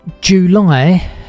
July